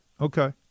Okay